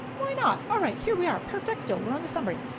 why not? all right, here we are, perfect-o. we're on the summary.